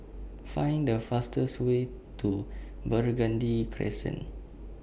Find The fastest Way to Burgundy Crescent